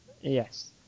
Yes